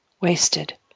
wasted